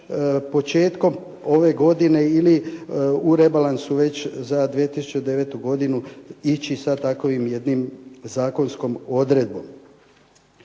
početkom ove godine ili u rebalansu već za 2009. godinu ići sa takvom jednom zakonskom odredbom.